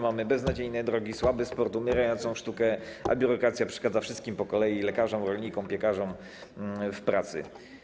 Mamy beznadziejne drogi, słaby sport, umierająca sztukę, a biurokracja przeszkadza wszystkim po kolei: lekarzom, rolnikom i piekarzom w pracy.